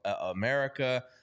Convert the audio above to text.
America